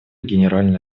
генеральной